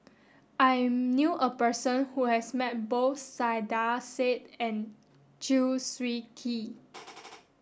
I knew a person who has met both Saiedah Said and Chew Swee Kee